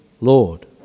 Lord